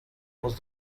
was